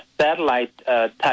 satellite-type